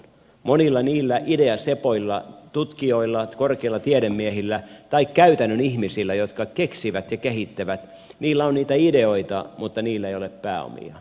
monilla niillä ideasepoilla tutkijoilla korkeilla tiedemiehillä tai käytännön ihmisillä jotka keksivät ja kehittävät on niitä ideoita mutta heillä ei ole pääomia